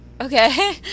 Okay